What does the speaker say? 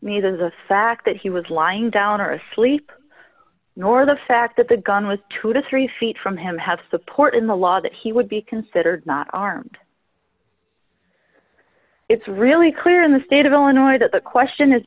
neither the fact that he was lying down or asleep nor the fact that the gun was two to three feet from him have support in the law that he would be considered not armed it's really clear in the state of illinois that the question is